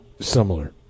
similar